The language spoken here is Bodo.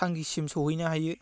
थांखिसिम सौहैनो हायो